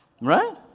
Right